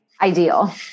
Ideal